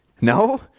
No